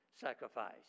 sacrifice